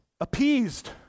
appeased